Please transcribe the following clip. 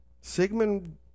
Sigmund